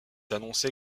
annoncé